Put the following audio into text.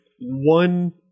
one